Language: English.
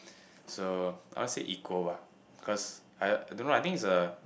so I won't say equal lah cause I don't know I think it's a